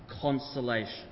consolation